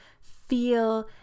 feel